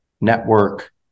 network